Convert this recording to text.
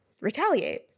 retaliate